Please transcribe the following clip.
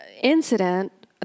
incident